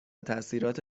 تاثیرات